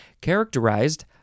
characterized